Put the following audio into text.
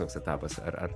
toks etapas ar ar